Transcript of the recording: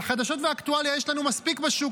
אבל חדשות ואקטואליה יש לנו מספיק בשוק,